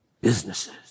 businesses